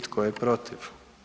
Tko je protiv?